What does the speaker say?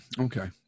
Okay